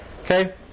Okay